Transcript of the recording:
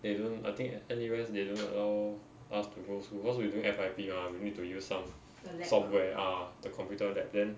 they don't I think N_U_S they don't allow us to go school cause we doing F_Y_P mah we need to use some software ah the computer lab then